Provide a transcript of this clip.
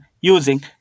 using